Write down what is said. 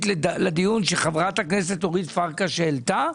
לדיון שחברת הכנסת אורית פרקש העלתה?